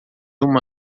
uma